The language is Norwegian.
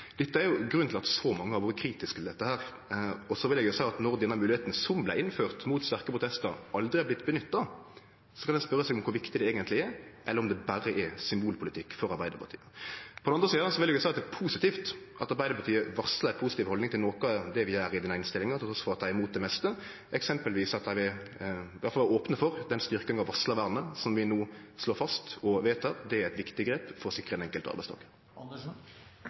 dette. Så vil eg seie at når denne moglegheita, som vart innført mot sterke protestar, aldri har vorte nytta, kan ein spørje seg om kor viktig det eigentleg er, eller om det berre er symbolpolitikk for Arbeidarpartiet. På den andre sida vil eg seie at det er positivt at Arbeidarpartiet varslar ei positiv haldning til noko av det vi gjer i denne innstillinga, trass i at dei er imot det meste, eksempelvis at dei iallfall vil vere opne for den styrkinga av varslarvernet som vi no slår fast og vedtek. Det er eit viktig grep for å sikre den enkelte